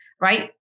right